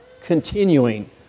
continuing